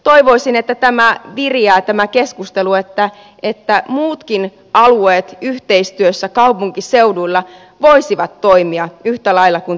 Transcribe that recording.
toivoisin että tämä keskustelu viriää että muutkin alueet yhteistyössä kaupunkiseuduilla voisivat toimia yhtä lailla kuin täällä pääkaupunkiseudulla